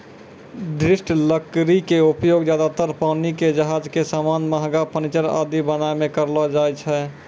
दृढ़ लकड़ी के उपयोग ज्यादातर पानी के जहाज के सामान, महंगा फर्नीचर आदि बनाय मॅ करलो जाय छै